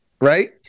right